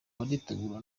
baritegura